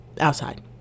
Outside